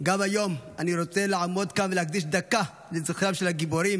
גם היום אני רוצה לעמוד כאן ולהקדיש דקה לזכרם של הגיבורים